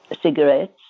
cigarettes